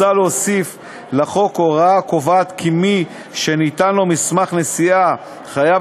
מוצע להוסיף לחוק הוראה הקובעת כי מי שניתן לו מסמך נסיעה חייב